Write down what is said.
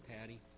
Patty